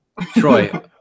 Troy